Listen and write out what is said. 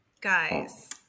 guys